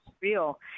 real